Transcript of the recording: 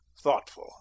thoughtful